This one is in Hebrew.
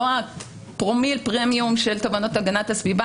לא הפרומיל פרמיום של תובענות הגנת הסביבה